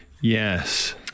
Yes